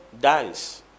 dies